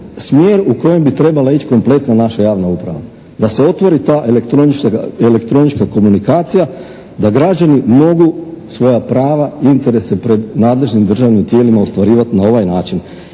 smjer u kojem bi trebala ići kompletna naša javna uprava. Da se otvori ta elektronička komunikacija, da građani mogu svoja prava, interese pred nadležnim državnim tijelima ostvarivati na ovaj način.